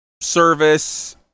service